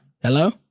Hello